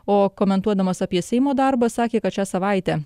o komentuodamas apie seimo darbą sakė kad šią savaitę